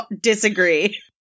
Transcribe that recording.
Disagree